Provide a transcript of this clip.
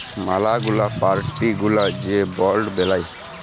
ম্যালা গুলা পার্টি গুলা যে বন্ড বেলায়